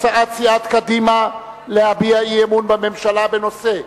הצעת סיעת קדימה להביע אי-אמון בממשלה בנושא: